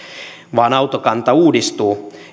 vaan autokanta uudistuu